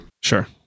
Sure